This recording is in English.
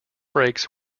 brakes